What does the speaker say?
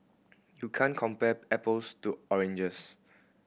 you can't compare apples to oranges